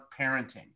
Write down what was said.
parenting